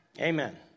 Amen